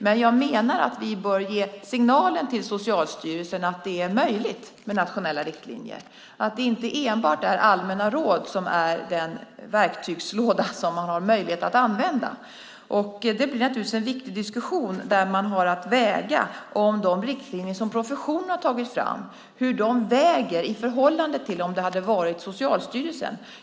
Men jag menar att vi bör ge signalen till Socialstyrelsen, att det är möjligt med nationella riktlinjer, att det inte enbart är allmänna råd som är den verktygslåda som man har möjlighet att använda. Det blir naturligtvis en viktig diskussion där man ser hur de riktlinjer som professionen har tagit fram väger i förhållande till om det hade varit Socialstyrelsen.